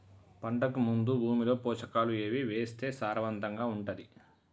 పంటకు ముందు భూమిలో పోషకాలు ఏవి వేస్తే సారవంతంగా ఉంటది?